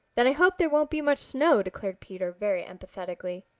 then i hope there won't be much snow, declared peter very emphatically.